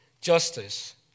justice